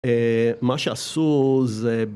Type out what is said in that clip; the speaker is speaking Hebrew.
אה... מה שעשו, זה